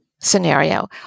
scenario